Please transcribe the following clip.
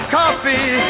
coffee